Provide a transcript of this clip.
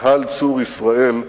"קהל צור ישראל".